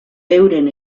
euren